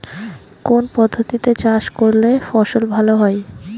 কোন পদ্ধতিতে চাষ করলে ফসল ভালো হয়?